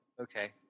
Okay